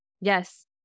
Yes